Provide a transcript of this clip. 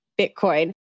Bitcoin